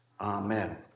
Amen